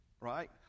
right